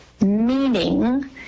meaning